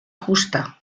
justa